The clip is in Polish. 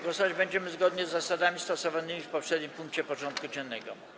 Głosować będziemy zgodnie z zasadami stosowanymi w poprzednim punkcie porządku dziennego.